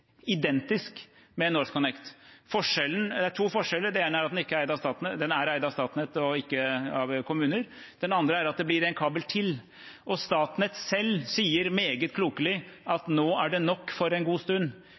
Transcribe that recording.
identisk – med NorthConnect, men med to forskjeller: Den ene er at den er eid av Statnett og ikke av kommuner, den andre er at det blir en kabel til. Statnett selv sier, meget klokelig, at nå er det nok for en god stund,